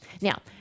Now